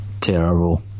Terrible